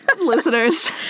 listeners